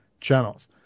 channels